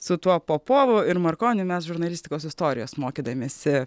su tuo popovu ir markoniu mes žurnalistikos istorijos mokydamiesi